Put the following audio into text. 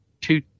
two